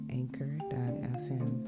anchor.fm